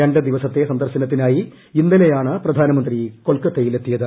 രണ്ട് ദിവസത്തെ സന്ദർശനത്തിനായി ഇന്നലെയാണ് പ്രധാനമന്ത്രി കൊൽക്കത്തയിൽ എത്തിയത്